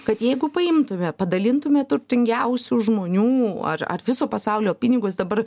kad jeigu paimtume padalintume turtingiausių žmonių ar ar viso pasaulio pinigus dabar